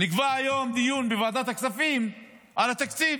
נקבע היום דיון בוועדת הכספים על התקציב.